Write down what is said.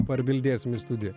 parbildėsim studiją